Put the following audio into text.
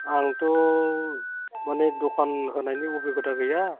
आंथ' माने दखान होनायनि अभिगता गैया